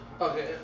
Okay